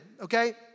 okay